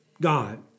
God